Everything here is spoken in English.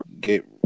get